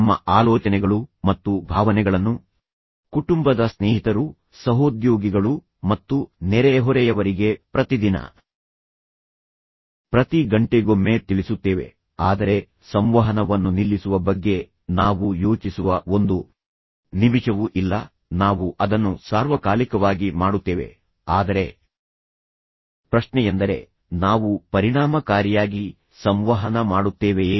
ನಮ್ಮ ಆಲೋಚನೆಗಳು ಮತ್ತು ಭಾವನೆಗಳನ್ನು ಕುಟುಂಬದ ಸ್ನೇಹಿತರು ಸಹೋದ್ಯೋಗಿಗಳು ಮತ್ತು ನೆರೆಹೊರೆಯವರಿಗೆ ಪ್ರತಿದಿನ ಪ್ರತಿ ಗಂಟೆಗೊಮ್ಮೆ ತಿಳಿಸುತ್ತೇವೆ ಆದರೆ ಸಂವಹನವನ್ನು ನಿಲ್ಲಿಸುವ ಬಗ್ಗೆ ನಾವು ಯೋಚಿಸುವ ಒಂದು ನಿಮಿಷವೂ ಇಲ್ಲ ನಾವು ಅದನ್ನು ಸಾರ್ವಕಾಲಿಕವಾಗಿ ಮಾಡುತ್ತೇವೆ ಆದರೆ ಪ್ರಶ್ನೆಯೆಂದರೆ ನಾವು ಪರಿಣಾಮಕಾರಿಯಾಗಿ ಸಂವಹನ ಮಾಡುತ್ತೇವೆಯೇ